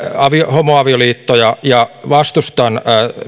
homoavioliittoja ja vastustan